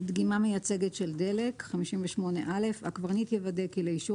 "דגימה מייצגת של דלק הקברניט יוודא כי לאישור